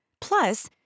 Plus